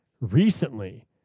recently